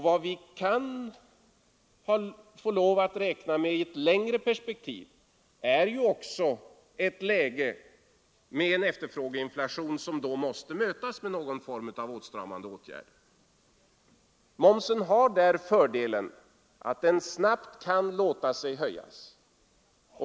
Vad vi kanske måste räkna med i ett längre perspektiv är också det läge med en efterfrågeinflation, som då måste mötas med någon form av åtstramande åtgärder. Momsen har där fördelen att den snabbt kan höjas.